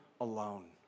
alone